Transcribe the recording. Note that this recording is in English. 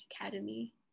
Academy